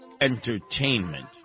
entertainment